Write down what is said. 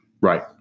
Right